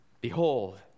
Behold